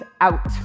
out